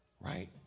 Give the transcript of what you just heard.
Right